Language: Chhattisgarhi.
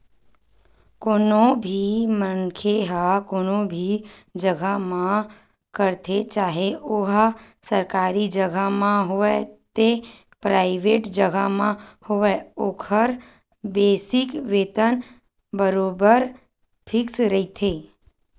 कोनो भी मनखे ह कोनो भी जघा काम करथे चाहे ओहा सरकारी जघा म होवय ते पराइवेंट जघा म होवय ओखर बेसिक वेतन बरोबर फिक्स रहिथे